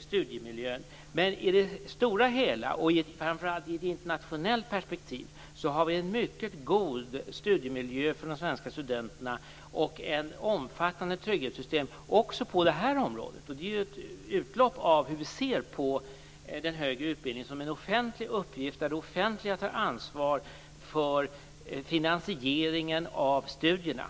studiemiljön, men i det stora hela - och framför allt i ett internationellt perspektiv - har vi en mycket god studiemiljö för de svenska studenterna och ett omfattande trygghetssystem också på det här området. Det är ett uttryck för hur vi ser på den högre utbildningen som en offentlig uppgift, där det offentliga tar ansvar för finansieringen av studierna.